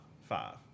Five